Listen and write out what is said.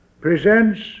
presents